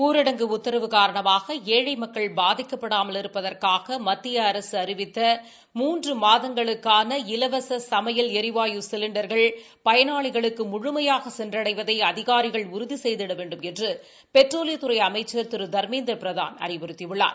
ஊரடங்கு உத்தரவு காரணமாக ஏழை மக்கள் பாதிக்கப்படாமல் இருப்பதற்காக மத்திய அரசு அறிவித்த மூன்று மாதங்களுக்கான சமையல் ளரிவாயு பயனாளிகளுக்கு முழுமையாக சென்றடைவதை அதிகாரிகள் உறுதி செய்திட வேண்டுமென்று பெட்ரோலியத்துறை அமைச்சர் திரு தர்மேந்திர பிரதான் அறிவுறுத்தியுள்ளார்